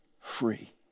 free